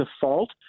default